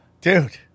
Dude